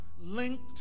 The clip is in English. linked